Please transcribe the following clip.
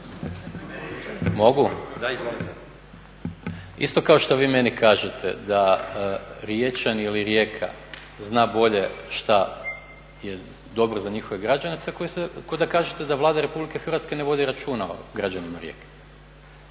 Gordan (SDP)** Isto kao što vi meni kažete da Riječani ili Rijeka zna bolje što je dobro za njihove građane tako isto kao da kažete da Vlada Republike Hrvatske ne vodi računa o građanima Rijeke.